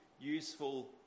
useful